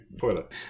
toilet